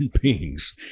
beings